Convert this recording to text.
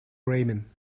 ramen